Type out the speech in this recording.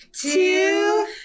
two